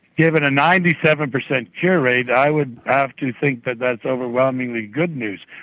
given a ninety seven percent cure rate i would have to think that that's overwhelmingly good news.